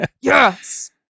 Yes